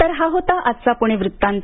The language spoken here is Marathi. तर हा होता आजचा पुणे वृत्तांत